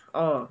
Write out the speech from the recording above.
oh